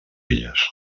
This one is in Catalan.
illes